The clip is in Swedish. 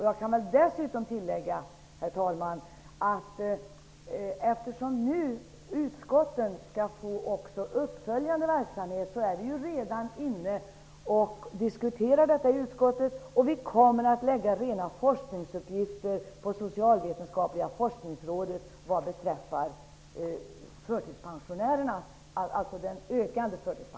Jag kan dessutom säga, herr talman, att eftersom utskotten nu också skall få bedriva uppföljande verksamhet så diskuterar vi redan detta i utskottet. Vi kommer att lägga forskningsuppgifter på